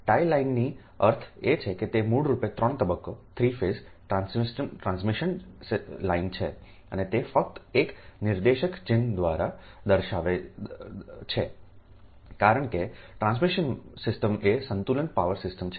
tie લાઇનનો અર્થ એ છે કે તે મૂળ રૂપે 3 તબક્કો ટ્રાન્સમિશન લાઇન છે અને તે ફક્ત એક નિર્દેશક ચિહ્ન દ્વારા દર્શાવે છે કારણ કે ટ્રાન્સમિશન સિસ્ટમ એ સંતુલન પાવર સિસ્ટમ છે